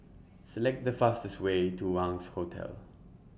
Select The fastest Way to Wangz Hotel